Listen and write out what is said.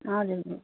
हजुर मिस